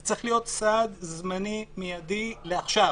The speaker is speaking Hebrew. זה צריך להיות סעד זמני מיידי לעכשיו.